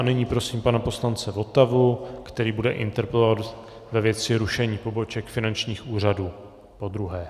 Nyní prosím pana poslance Votavu, který bude interpelovat ve věci rušení poboček finančních úřadů podruhé.